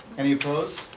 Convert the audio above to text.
any opposed?